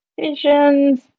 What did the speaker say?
Visions